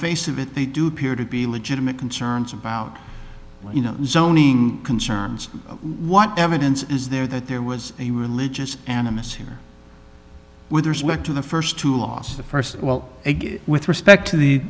face of it they do peer to be legitimate concerns about you know zoning concerns what evidence is there that there was a religious animists here with respect to the first to last the first well with respect to